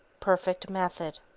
perfect method.